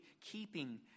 keeping